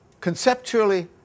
conceptually